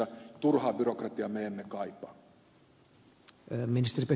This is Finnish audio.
turhaa byrokratiaa me emme kaipaa